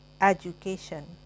education